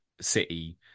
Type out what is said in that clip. City